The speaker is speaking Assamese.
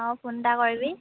অঁ ফোন এটা কৰিবি